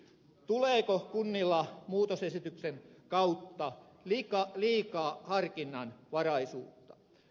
tuleeko kunnille muutosesityksen kautta liikaa harkinnanvaraisuutta